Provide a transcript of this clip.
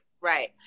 Right